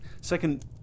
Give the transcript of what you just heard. Second